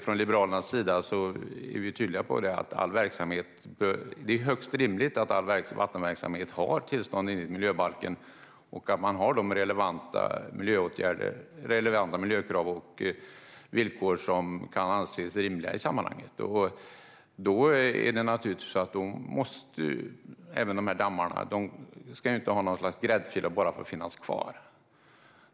Från Liberalernas sida är vi tydliga med att det är högst rimligt att all vattenverksamhet har tillstånd enligt miljöbalken och att de relevanta miljökrav och villkor som kan anses rimliga i sammanhanget gäller. Då ska inte dessa dammar ha något slags gräddfil och bara få finnas kvar.